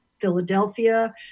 Philadelphia